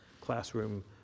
classroom